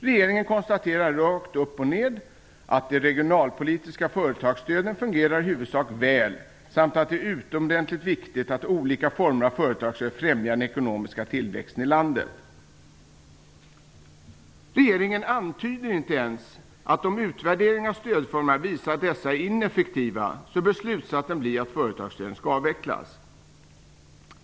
Regeringen konstaterar rakt upp och ned att de "regionalpolitiska företagsstöden fungerar i huvudsak väl" samt att det är "utomordentligt viktigt att olika former av företagsstöd främjar den ekonomiska tillväxten i landet". Regeringen antyder inte ens, att om utvärderingen av stödformerna visar att dessa är ineffektiva så bör slutsatsen bli att företagsstöden skall avvecklas.